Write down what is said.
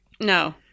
No